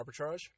arbitrage